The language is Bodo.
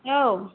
औ